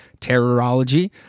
Terrorology